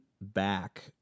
back